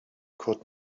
could